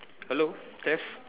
hello test